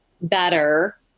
better